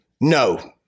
no